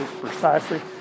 precisely